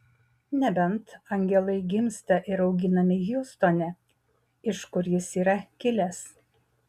nebent angelai gimsta ir auginami hjustone iš kur jis yra kilęs